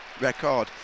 record